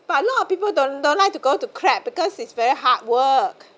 but a lot of people don't don't like to go to crab because it's very hard work